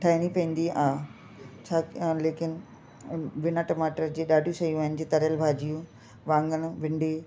ठाहिणी पवंदी आहे छा कया लेकिन बिना टमाटर जे ॾाढियूं शयूं आहिनि जीअं तरियल भाॼियूं वाङणु भिंडी